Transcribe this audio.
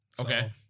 Okay